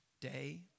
day